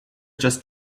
just